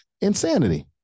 insanity